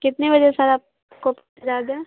کتنے بجے سارا کاپی پہنچا دیں